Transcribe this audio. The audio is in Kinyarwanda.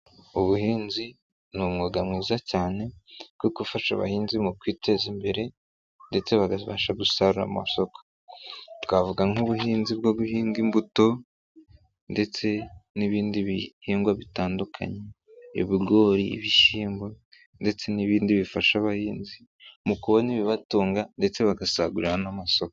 Ubuhinzi ni umwuga mwiza cyane wo gufasha abahinzi mu kwiteza imbere ndetse bagafashasha gusarurira amasoko, twavuga nk'ubuhinzi bwo guhinga imbuto, ndetse n'ibindi bihingwa bitandukanye, ibigori, ibishyimbo, ndetse n'ibindi bifasha abahinzi mu kubona ibibatunga, ndetse bagasagurira n'amasoko.